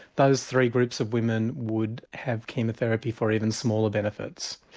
those three groups of women would have chemo therapy for even smaller benefits.